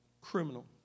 criminal